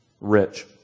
rich